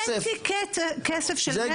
חציי כסף של 130,